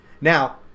Now